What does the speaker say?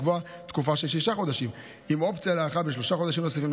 לקבוע תקופה של שישה חודשים עם אופציה להארכה בשישה חודשים נוספים.